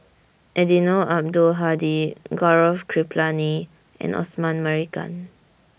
Eddino Abdul Hadi Gaurav Kripalani and Osman Merican